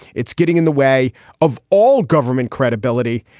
it's getting in the way of all government credibility.